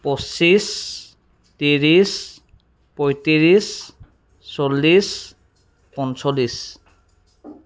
পঁচিছ ত্ৰিছ পঁয়ত্ৰিছ চল্লিছ পঞ্চল্লিছ